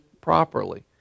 properly